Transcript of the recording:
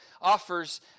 offers